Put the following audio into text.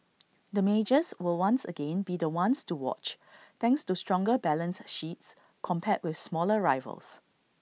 the majors will once again be the ones to watch thanks to stronger balance sheets compared with smaller rivals